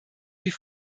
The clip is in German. wie